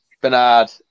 Bernard